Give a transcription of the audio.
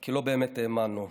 כי לא באמת האמנו.